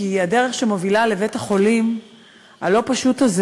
כי הדרך שמובילה לבית-החולים הלא-פשוט הזה